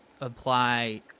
apply